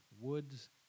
Woods